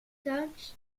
such